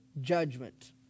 judgment